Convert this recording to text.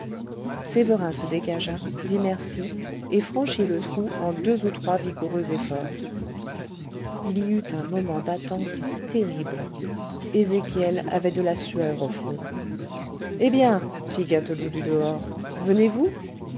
sévérin se dégagea dit merci et franchit le trou en deux ou trois vigoureux efforts il y eut un moment d'attente terrible ezéchiel avait de la sueur au front eh bien fit gâteloup du dehors venez-vous